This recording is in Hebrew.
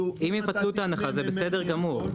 אם יפצלו את ההנחה זה בסדר גמור,